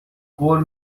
قول